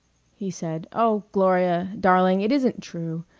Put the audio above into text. he said. oh, gloria, darling. it isn't true.